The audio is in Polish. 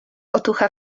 otucha